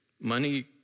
money